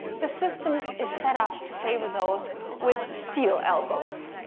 the system is set up to favor those with steel elbows.